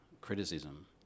criticism